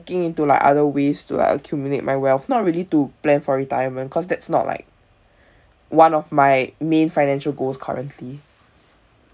looking into like other ways to like accumulate my wealth not really to plan for retirement because that's not like one of my main financial goals currently